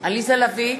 עליזה לביא,